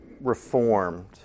reformed